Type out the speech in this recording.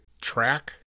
track